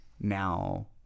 now